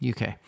UK